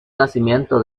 nacimiento